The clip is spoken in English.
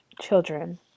children